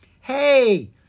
Hey